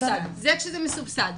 זה מסובסד, זה כשזה מסובסד.